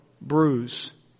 bruise